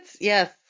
Yes